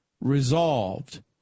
resolved